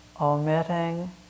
omitting